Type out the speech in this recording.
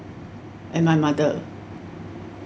and my mother